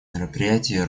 мероприятии